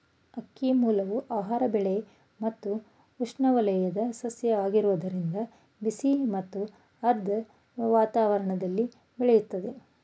ಅಕ್ಕಿಮೂಲ ಆಹಾರ ಬೆಳೆ ಮತ್ತು ಉಷ್ಣವಲಯದ ಸಸ್ಯ ಆಗಿರೋದ್ರಿಂದ ಬಿಸಿ ಮತ್ತು ಆರ್ದ್ರ ವಾತಾವರಣ್ದಲ್ಲಿ ಬೆಳಿತದೆ